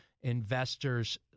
investors